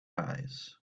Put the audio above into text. eyes